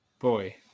Boy